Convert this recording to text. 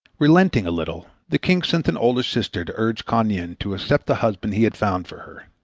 relenting a little the king sent an older sister to urge kuan yin to accept the husband he had found for her.